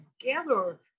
together